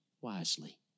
wisely